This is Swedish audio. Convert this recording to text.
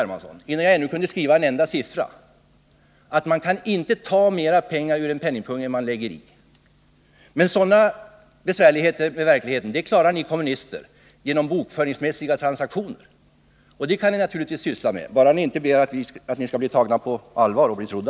Hermansson, och innan jag kunde skriva en enda siffra att man inte kan ta mera pengar ur en penningpung än man lägger i. Men sådana besvärligheter med verkligheten klarar ni kommunister genom bokföringsmässiga transaktioner. Och det kan ni naturligtvis syssla med, bara ni inte begär att ni skall bli tagna på allvar och bli trodda.